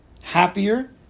happier